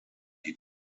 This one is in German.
die